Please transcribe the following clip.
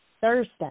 Thursday